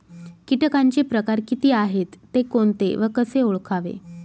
किटकांचे प्रकार किती आहेत, ते कोणते व कसे ओळखावे?